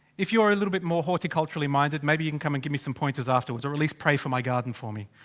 if you're a little bit more horticulturally minded, maybe you can come and give me some pointers afters, or at least pray for my garden for me.